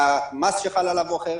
המס שחל עליו הוא אחר,